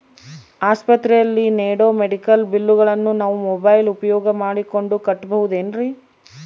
ಆಸ್ಪತ್ರೆಯಲ್ಲಿ ನೇಡೋ ಮೆಡಿಕಲ್ ಬಿಲ್ಲುಗಳನ್ನು ನಾವು ಮೋಬ್ಯೆಲ್ ಉಪಯೋಗ ಮಾಡಿಕೊಂಡು ಕಟ್ಟಬಹುದೇನ್ರಿ?